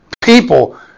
People